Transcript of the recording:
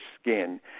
skin